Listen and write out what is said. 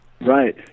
Right